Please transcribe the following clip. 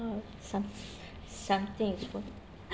some~ something useful